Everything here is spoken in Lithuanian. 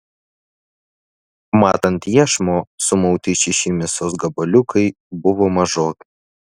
mat ant iešmo sumauti šeši mėsos gabaliukai buvo mažoki